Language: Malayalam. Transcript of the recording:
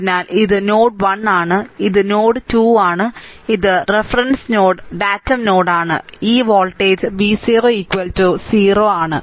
അതിനാൽ ഇത് നോഡ് 1 ആണ് ഇത് നോഡ് 2 ആണ് ഇത് റഫറൻസ് നോഡ് ഡാറ്റം നോഡ് ആണ് ഈ വോൾടേജ് V 0 0